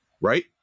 right